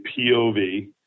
POV